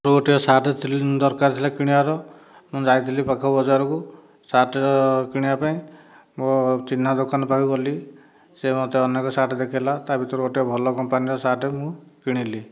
ମୋର ଗୋଟିଏ ସାର୍ଟ ଦରକାର ଥିଲା କିଣିବାର ମୁଁ ଯାଇଥିଲି ପାଖ ବଜାରକୁ ସାର୍ଟର କିଣିବା ପାଇଁ ମୋ ଚିହ୍ନା ଦୋକାନ ପାଖକୁ ଗଲି ସେ ମୋତେ ଅନେକ ସାର୍ଟ ଦେଖେଇଲା ତାଭିତରୁ ଗୋଟିଏ ଭଲ କମ୍ପାନୀର ସାର୍ଟ ମୁଁ କିଣିଲି